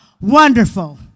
Wonderful